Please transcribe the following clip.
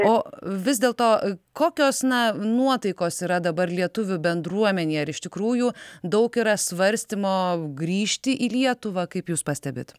o vis dėlto kokios na nuotaikos yra dabar lietuvių bendruomenėje ar iš tikrųjų daug yra svarstymo grįžti į lietuvą kaip jūs pastebit